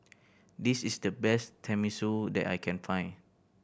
this is the best Tenmusu that I can find